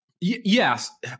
Yes